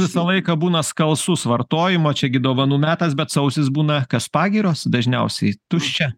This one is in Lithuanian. visą laiką būna skalsus vartojimą čia gi dovanų metas bet sausis būna kas pagyros dažniausiai tuščia